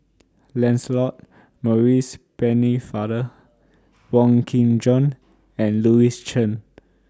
Lancelot Maurice Pennefather Wong Kin Jong and Louis Chen